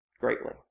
greatly